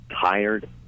tired